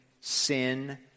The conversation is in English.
sin